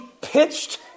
pitched